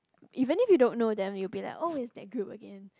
even if you don't know them it will be like oh it's that group again